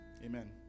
Amen